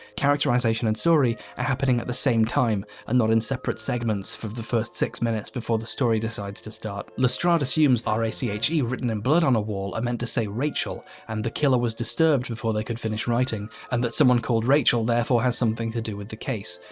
characterisation and story are happening at the same time and not in separate segments for the first six minutes before the story decides to start lestrade assumes r a c h e written in blood on a wall are meant to say rachel and the killer was disturbed before they could finish writing and that someone called rachel therefore has something to do with the case.